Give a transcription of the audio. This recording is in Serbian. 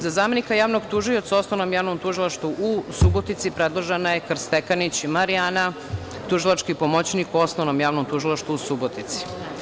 Za zamenika javnog tužioca u Osnovnom javnom tužilaštvu u Subotici predložena je Krstekanić Marijana, tužilački pomoćnik u Osnovnom javnom tužilaštvu u Subotici.